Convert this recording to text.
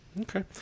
Okay